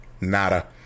Nada